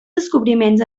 descobriments